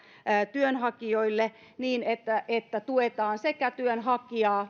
työnhakijoille niin että että tuetaan sekä työnhakijaa